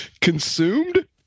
Consumed